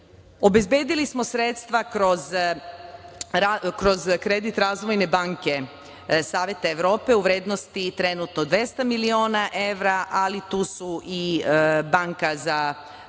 razvija. Obezbedili smo sredstva kroz kredit Razvojne banke Saveta Evrope u vrednosti trenutno 200 miliona evra, ali tu su i Banka za razvoj,